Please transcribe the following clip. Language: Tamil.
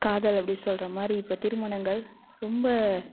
காதல் அப்படி சொல்றமாதிரி இப்போ திருமணங்கள் ரொம்ப